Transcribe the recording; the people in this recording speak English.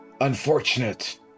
unfortunate